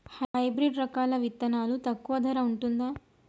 Hybrid రకాల విత్తనాలు తక్కువ ధర ఉంటుందా?